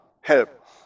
help